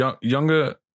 younger